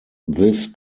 this